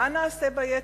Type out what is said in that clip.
מה נעשה ביתר?'